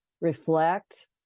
reflect